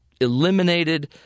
eliminated